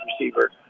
receiver